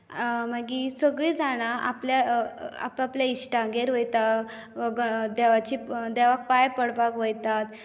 मागीर सगळीं जाणां आपल्या आप आपल्या इश्टांगेर वयता देवाची देवाक पांय पडपाक वयतात